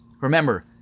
Remember